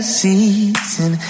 season